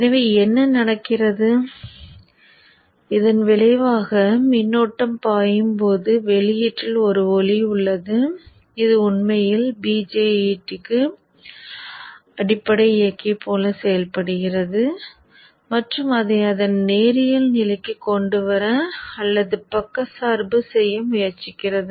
எனவே என்ன நடக்கிறது இதன் விளைவாக மின்னோட்டம் பாயும் போது வெளியீட்டில் ஒரு ஒளி உள்ளது இது உண்மையில் இந்த BJT க்கு ஒரு அடிப்படை இயக்கி போல் செயல்படுகிறது மற்றும் அதை அதன் நேரியல் நிலைக்கு கொண்டு வர அல்லது பக்கச்சார்பு செய்ய முயற்சிக்கிறது